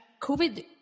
COVID